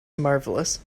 marvelous